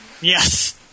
Yes